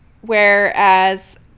Whereas